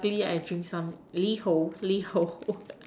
luckily I drank some LiHo LiHo